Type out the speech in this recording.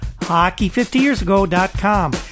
Hockey50YearsAgo.com